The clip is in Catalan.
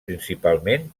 principalment